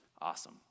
Awesome